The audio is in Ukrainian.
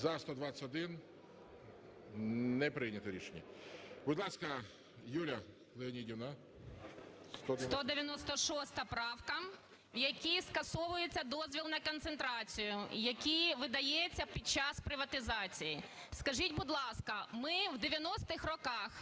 За-121 Не прийнято рішення. Будь ласка, Юлія Леонідівна. 14:38:50 КЛИМЕНКО Ю.Л. 196 правка, в якій скасовується дозвіл на концентрацію, який видається під час приватизації. Скажіть, будь ласка, ми в 90-х роках,